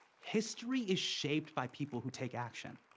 history is shaped by people who take action.